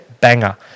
banger